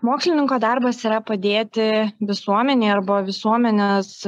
mokslininko darbas yra padėti visuomenei arba visuomenės